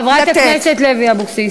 חברת הכנסת לוי אבקסיס,